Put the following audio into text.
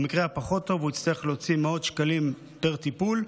במקרה הפחות-טוב הוא יצטרך להוציא מאות שקלים פר טיפול.